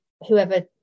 whoever